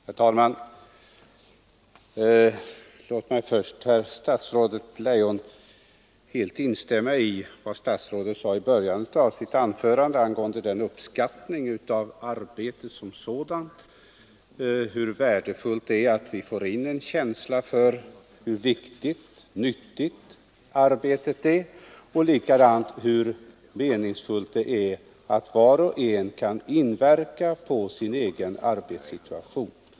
Herr talman! Låt mig först, fru statsrådet Leijon, helt instämma i vad statsrådet sade i början av sitt anförande angående uppskattningen av arbetet som sådant — hur värdefullt det är att vi får in en känsla för hur viktigt och nyttigt arbetet är och hur meningsfullt det är att var och en kan inverka på sin egen arbetssituation.